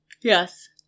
Yes